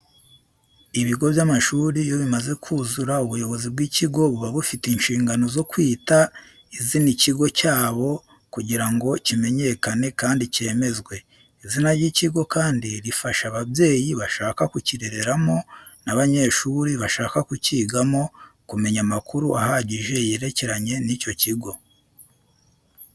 Ibigo by'amashuri iyo bimaze kuzura ubuyobozi bw'ikigo, buba bufite inshingano zo kwita izina ikigo cyabo kugira ngo kimenyekane kandi cyemezwe. Izina ry'ikigo kandi rifasha ababyeyi bashaka kukirereramo n'abanyeshuri bashaka kukigamo, kumenya amakuru ahagije yerekeranye n'icyo kigo.